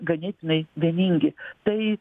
ganėtinai vieningi tai